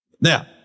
Now